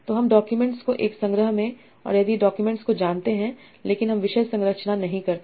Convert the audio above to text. तो हम डॉक्यूमेंट्सों को एक संग्रह में और यदि डॉक्यूमेंट्स को जानते हैं लेकिन हम विषय संरचना नहीं करते